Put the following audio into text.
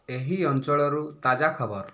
ଏହି ଅଞ୍ଚଳରୁ ତାଜା ଖବର